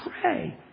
pray